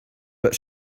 but